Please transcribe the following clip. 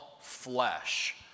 flesh